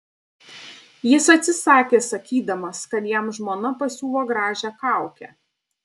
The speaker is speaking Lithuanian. jis atsisakė sakydamas kad jam žmona pasiuvo gražią kaukę